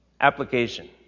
Application